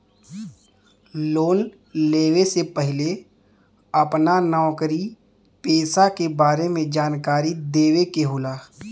Loan लेवे से पहिले अपना नौकरी पेसा के बारे मे जानकारी देवे के होला?